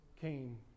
came